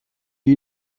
you